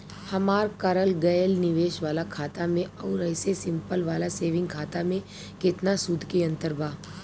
हमार करल गएल निवेश वाला खाता मे आउर ऐसे सिंपल वाला सेविंग खाता मे केतना सूद के अंतर बा?